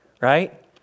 right